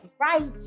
right